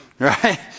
Right